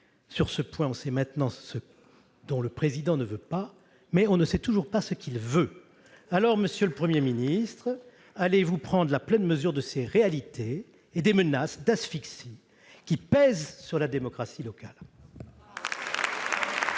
Sur ce point, on sait maintenant ce que le Président de la République ne veut pas, même si on ne sait toujours pas ce qu'il veut. Monsieur le Premier ministre, allez-vous prendre la pleine mesure de ces réalités et des menaces d'asphyxie qui pèsent sur la démocratie locale ?